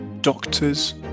doctors